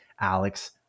Alex